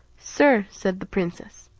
sir, said the princess,